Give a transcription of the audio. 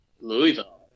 Louisville